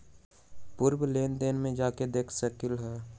पूर्व लेन देन में जाके देखसकली ह?